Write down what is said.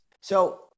So-